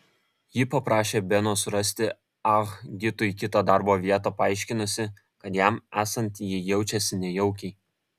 ji paprašė beno surasti ah gitui kitą darbo vietą paaiškinusi kad jam esant ji jaučiasi nejaukiai